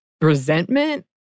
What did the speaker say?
resentment